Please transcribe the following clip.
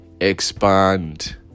Expand